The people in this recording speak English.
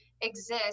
exist